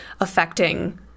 affecting